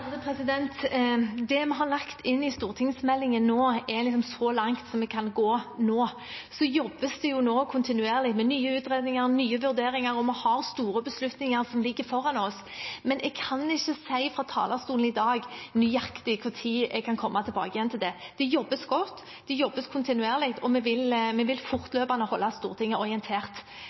Det vi har lagt inn i stortingsmeldingen nå, er så langt vi kan gå nå. Så jobbes det kontinuerlig med nye utredninger, nye vurderinger, og vi har store beslutninger som ligger foran oss. Men jeg kan ikke si fra talerstolen i dag nøyaktig når jeg kan komme tilbake igjen til det. Det jobbes godt, det jobbes kontinuerlig, og vi vil holde Stortinget fortløpende orientert om det vi mener Stortinget er nødt til å være orientert